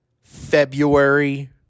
February